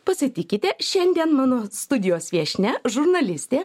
pasitikite šiandien mano studijos viešnia žurnalistė